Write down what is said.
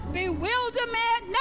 bewilderment